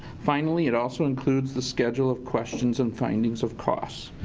finally it also includes the schedule of questions and findings of cost.